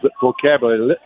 vocabulary